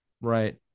Right